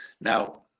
Now